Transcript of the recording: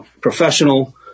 professional